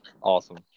Awesome